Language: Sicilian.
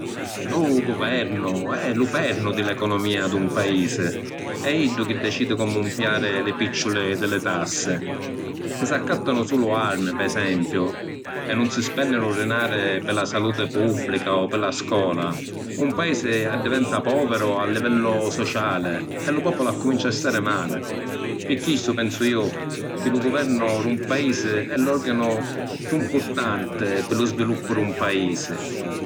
Lu guvernu è lu pernu di l’economia d’un paisi. E’ iddu chi dicidi comu ‘mpiari li picciuli di li tassi. Si’ s’accattanu sulu armi, pi esempiu, e nun si spenninu dinari pi la saluti pubblica o pi la scola, un paisi addiventa poviru a livellu sociali e lu populu accumincia a stari mali. Pi chistu, pensu iu, chi lu guvernu d’un paisi è l’organu chiù ‘mpurtanti pi lu sviluppu d’un paisi.